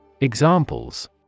Examples